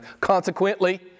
Consequently